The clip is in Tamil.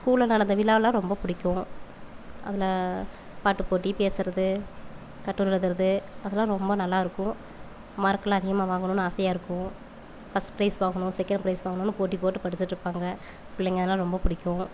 ஸ்கூலில் நடந்த விழாலாம் ரொம்ப பிடிக்கும் அதில் பாட்டுப் போட்டி பேசுகிறது கட்டுரை எழுதுகிறது அதெல்லாம் ரொம்ப நல்லா இருக்கும் மார்க்குலாம் அதிகமாக வாங்கணும்னு ஆசையாக இருக்கும் ஃபர்ஸ்ட் பிரைஸ் வாங்கணும் செகண்ட் பிரைஸ் வாங்கணும்னு போட்டிப் போட்டு படிச்சிட்டு இருப்பாங்க பிள்ளைங்க அதெலாம் ரொம்ப பிடிக்கும்